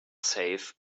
save